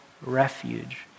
refuge